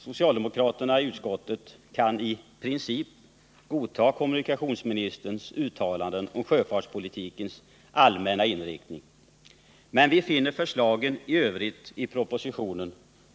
Socialdemokraterna i trafikutskottet kan i princip godta kommunikationsministerns uttalanden om sjöfartspolitikens allmänna inriktning. Men vi finner propositionens förslag i övrigt